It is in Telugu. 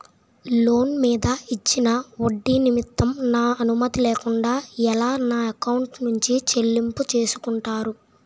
లోన్ మీద ఇచ్చిన ఒడ్డి నిమిత్తం నా అనుమతి లేకుండా ఎలా నా ఎకౌంట్ నుంచి చెల్లింపు చేసుకుంటారు?